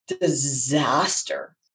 disaster